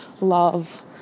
love